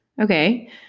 Okay